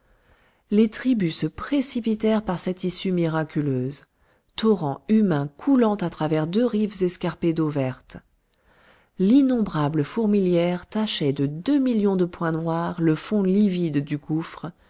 les tribus se précipitèrent par cette issue miraculeuse torrent humain coulant à travers deux rives escarpées d'eau verte l'innombrable fourmilière tachait de deux millions de points noirs le fond livide du gouffre